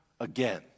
again